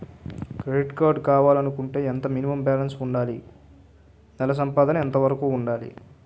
Credit card కావాలి అనుకుంటే ఎంత మినిమం బాలన్స్ వుందాలి? నెల సంపాదన ఎంతవరకు వుండాలి?